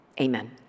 amen